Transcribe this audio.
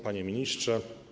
Panie Ministrze!